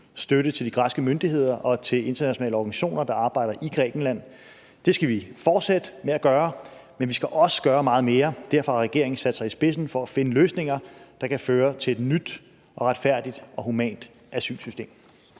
støtte til de græske myndigheder og til internationale organisationer, der arbejder i Grækenland. Det skal vi fortsætte med at gøre, men vi skal også gøre meget mere. Derfor har regeringen sat sig i spidsen for at finde løsninger, der kan føre til et nyt og retfærdigt og humant asylsystem.